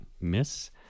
Miss